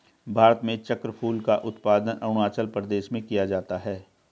भारत में चक्रफूल का उत्पादन अरूणाचल प्रदेश में किया जाता है